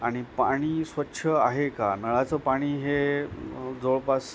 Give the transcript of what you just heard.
आणि पाणी स्वच्छ आहे का नळाचं पाणी हे जवळपास